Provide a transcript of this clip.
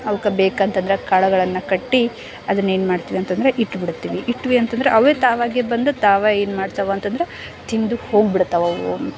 ಅವಕ್ಕೆ ಬೇಕಂತಂದ್ರೆ ಕಾಳುಗಳನ್ನು ಕಟ್ಟಿ ಅದನ್ನ ಏನು ಮಾಡ್ತೀವಿ ಅಂತ ಅಂದ್ರೆ ಇಟ್ಬಿಡ್ತೀವಿ ಇಟ್ವಿ ಅಂತಂದ್ರೆ ಅವೇ ತಾವಾಗೇ ಬಂದು ತಾವೇ ಏನ್ಮಾಡ್ತವಂತಂದ್ರೆ ತಿಂದು ಹೋಗ್ಬಿಡ್ತವವು